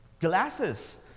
glasses